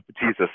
Jesus